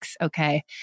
okay